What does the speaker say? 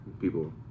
people